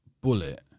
Bullet